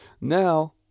Now